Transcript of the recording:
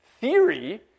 theory